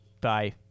Bye